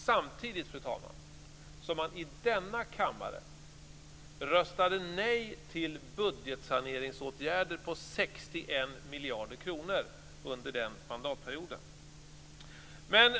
Samtidigt, fru talman, röstade man i denna kammare nej till budgetsaneringsåtgärder på 61 miljarder kronor under den mandatperioden.